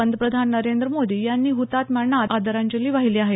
पंतप्रधान नरेंद्र मोदी यांनी हुतात्म्यांना आदरांजली वाहिली आहे